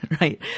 right